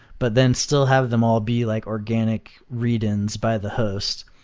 but then still have them all be like organic read-ins by the host.